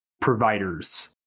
providers